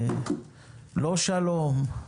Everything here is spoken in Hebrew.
לא שלום,